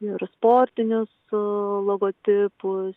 ir sportinius logotipus